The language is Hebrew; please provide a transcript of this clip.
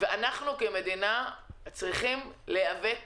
ואנחנו כמדינה צריכים להיאבק